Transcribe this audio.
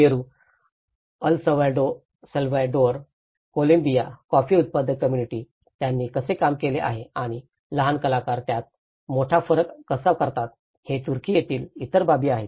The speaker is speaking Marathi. पेरू अल साल्वाडोर कोलंबिया कॉफी उत्पादक कॉम्युनिटी त्यांनी कसे काम केले आहे आणि लहान कलाकार यात मोठा फरक कसा करतात हे तुर्की येथेही इतर बाबी आहेत